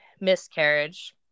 miscarriage